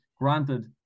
Granted